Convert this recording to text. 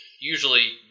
usually